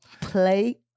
Play